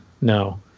No